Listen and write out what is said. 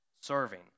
serving